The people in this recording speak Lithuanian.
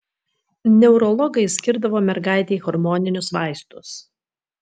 neurologai skirdavo mergaitei hormoninius vaistus